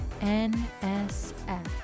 NSF